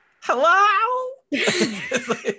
Hello